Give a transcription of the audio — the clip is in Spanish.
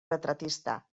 retratista